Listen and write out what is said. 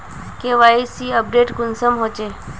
KYC update कुंसम होचे?